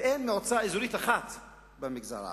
ואין מועצה אזורית אחת במגזר הערבי.